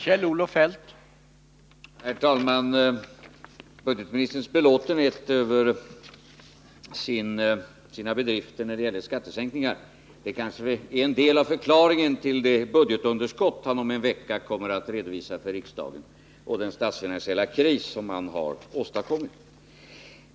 Herr talman! Budgetministerns belåtenhet över sina bedrifter när det gäller skattesänkningar är kanske en del av förklaringen till det budgetunderskott som han om en vecka kommer att redovisa för riksdagen, liksom till den statsfinansiella kris som han har åstadkommit.